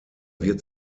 wird